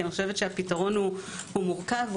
הפתרון מורכב.